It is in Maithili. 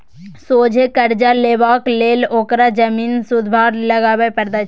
सोझे करजा लेबाक लेल ओकरा जमीन सुदभरना लगबे परलै